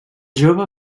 jove